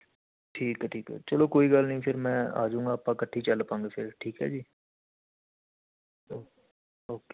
ਠੀਕ ਹੈ ਠੀਕ ਹੈ ਚਲੋ ਕੋਈ ਗੱਲ ਨਹੀਂ ਫਿਰ ਮੈਂ ਆਜੂਗਾ ਆਪਾਂ ਇਕੱਠੇ ਚੱਲ ਪਵਾਂਗੇ ਫਿਰ ਠੀਕ ਹੈ ਜੀ ਓ ਓਕੇ